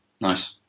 Nice